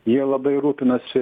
jie labai rūpinasi